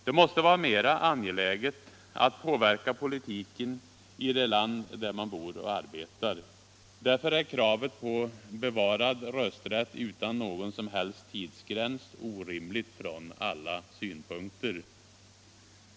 Det måste vara mera angeläget att påverka politiken i det land där man bor och arbetar. Därför är kravet på bevarad rösträtt utan någon som helst tidsgräns orimligt från alla synpunkter.